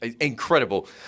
Incredible